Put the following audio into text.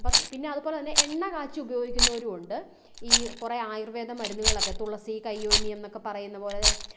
പിന്നെ അതുപോലെ തന്നെ എണ്ണ കാച്ചി ഉപയോഗിക്കുന്നവരുമുണ്ട് ഈ കുറെ ആയൂർവേദ മരുന്നുകളൊക്കെ തുളസി കയ്യോന്നിയം എന്നൊക്കെ പറയുന്ന പോലെ